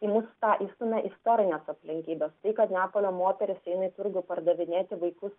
į mus tą įstumia istorinės aplinkybės tai kad neapolio moterys eina įturgų pardavinėti vaikus